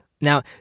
Now